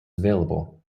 available